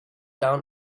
down